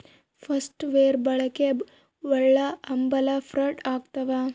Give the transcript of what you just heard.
soft wear ಬಳಕೆ ಒಳಹಂಭಲ fraud ಆಗ್ತವ